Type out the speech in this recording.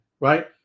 Right